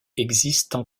existent